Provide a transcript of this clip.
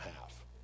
half